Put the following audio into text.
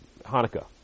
Hanukkah